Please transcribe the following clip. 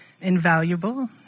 invaluable